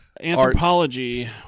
anthropology